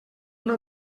una